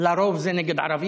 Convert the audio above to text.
לרוב זה נגד ערבים,